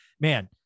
man